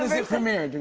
it premiere? do